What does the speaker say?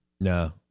No